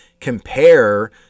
compare